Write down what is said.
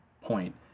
point